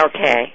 Okay